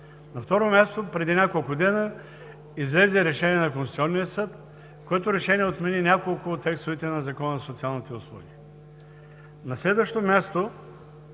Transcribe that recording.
На второ място, преди няколко дена излезе решение на Конституционния съд, което решение отмени няколко от текстовете на Закона за социалните